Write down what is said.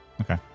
Okay